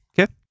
Okay